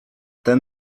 ten